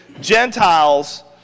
Gentiles